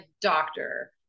doctor